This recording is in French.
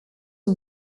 aux